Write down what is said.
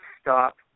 stop